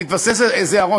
תתווסף איזו ארומה.